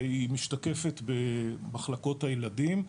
והיא משתקפת במחלקות הילדים.